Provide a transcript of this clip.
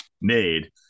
made